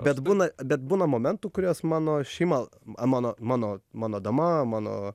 bet būna bet būna momentų kuriuos mano šeima mano mano mano dama mano